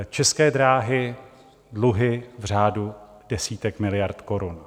České dráhy dluhy v řádu desítek miliard korun.